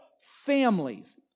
families